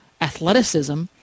athleticism